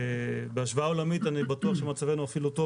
בהשוואה עולמית אני בטוח שמצבנו אפילו טוב